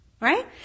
Right